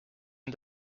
and